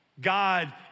God